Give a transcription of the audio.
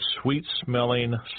sweet-smelling